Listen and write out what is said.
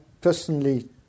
personally